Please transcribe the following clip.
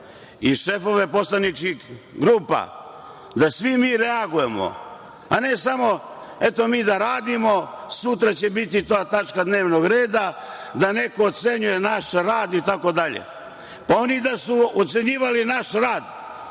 i šefove poslaničkih grupa da svi mi reagujemo, a ne samo eto mi da radimo, sutra će biti ta tačka dnevnog reda da neko ocenjuje naš rad itd. Pa, oni da su ocenjivali naš rad,